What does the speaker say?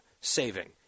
saving